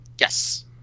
Yes